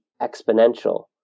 exponential